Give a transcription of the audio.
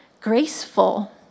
Graceful